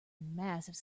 massive